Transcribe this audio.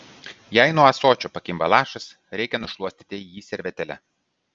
jei nuo ąsočio pakimba lašas reikia nušluostyti jį servetėle